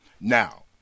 Now